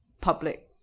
public